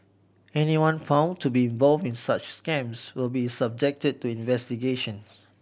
anyone found to be involved in such scams will be subjected to investigations